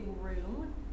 room